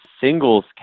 singles